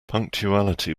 punctuality